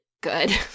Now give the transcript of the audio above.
good